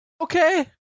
Okay